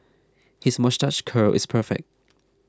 his moustache curl is perfect